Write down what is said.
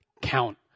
count